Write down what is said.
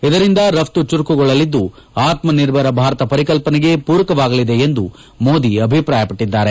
ಇದರಿಂದ ರಘ್ತ ಚುರುಕುಗೊಳ್ಳಲಿದ್ದು ಆತ್ನ ನಿರ್ಭರ ಭಾರತ ಪರಿಕಲ್ಪನೆಗೆ ಪೂರಕವಾಗಲಿದೆ ಎಂದು ಮೋದಿ ಅಭಿಪ್ರಾಯಪಟ್ಟಿದ್ದಾರೆ